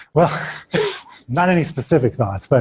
well not any specific thoughts. but